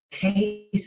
case